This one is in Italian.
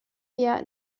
via